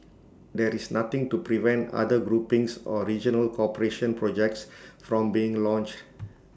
there is nothing to prevent other groupings or regional cooperation projects from being launched